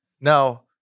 Now